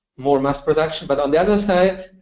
more mass production, but on the other side,